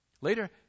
later